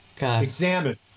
Examine